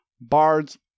Bards